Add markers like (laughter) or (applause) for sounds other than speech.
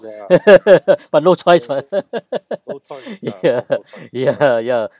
(laughs) but no choice [what] (laughs) ya (laughs) ya (laughs) ya